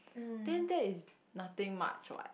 then that is nothing much what